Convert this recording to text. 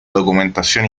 documentación